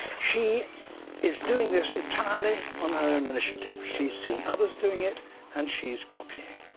she is doing this entirely on her own initiative. she's seen others doing it and she's copying.